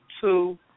two